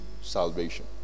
salvation